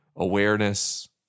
awareness